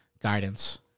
guidance